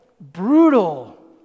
brutal